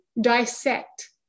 dissect